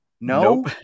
No